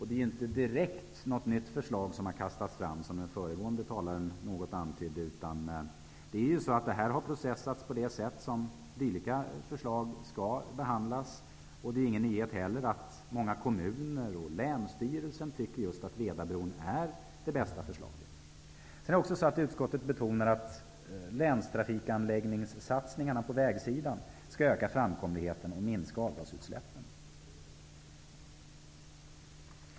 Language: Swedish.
Det är inte direkt ett nytt förslag som har kastats fram, vilket föregående talare antydde. Det har behandlats på det sätt som dylika förslag skall behandlas. Det är heller ingen nyhet att många kommuner och Länsstyrelsen tycker att Vedabron är det bästa förslaget. Utskottet betonar också att länstrafikanläggningssatsningarna på vägsidan skall öka framkomligheten och minska avgasutsläppen.